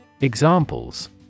Examples